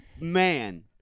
man